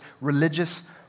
religious